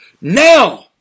now